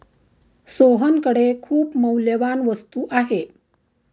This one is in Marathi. सोहनकडे खूप मौल्यवान वस्तू आहे